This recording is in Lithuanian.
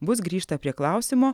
bus grįžta prie klausimo